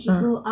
ah